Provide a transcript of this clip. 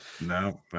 No